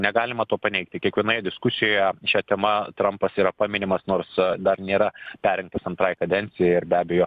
negalima to paneigti kiekvienoje diskusijoje šia tema trampas yra paminimas nors dar nėra perrinktas antrai kadencijai ir be abejo